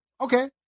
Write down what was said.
okay